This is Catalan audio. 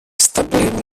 establir